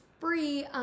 Free